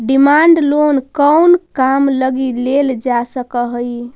Demand loan कउन काम लगी लेल जा सकऽ हइ?